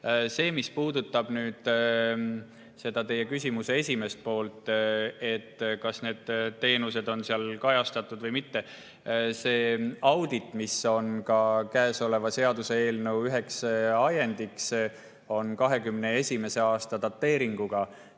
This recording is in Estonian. Mis puudutab teie küsimuse esimest poolt, kas need teenused on seal kajastatud või mitte, siis see audit, mis on ka käesoleva seaduseelnõu üheks ajendiks, on 2021. aasta dateeringuga